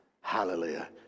Hallelujah